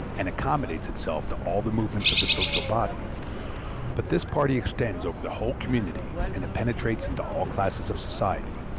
and accommodates itself to all the movements of the social body but this party extends over the whole community, and it penetrates into all classes of society